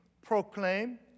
proclaim